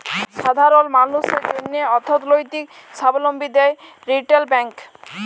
সাধারল মালুসের জ্যনহে অথ্থলৈতিক সাবলম্বী দেয় রিটেল ব্যাংক